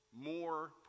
More